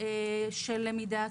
של למידה עצמאית,